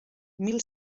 mil